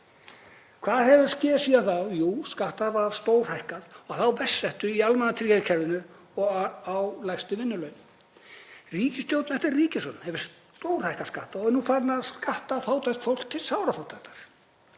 Hvað hefur skeð síðan þá? Jú, skattar hafa stórhækkað á þá verst settu í almannatryggingakerfinu og á lægstu vinnulaun. Ríkisstjórn eftir ríkisstjórn hefur stórhækkað skatta og nú er farið að skatta fátækt fólk til sárafátæktar.